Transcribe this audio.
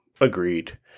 agreed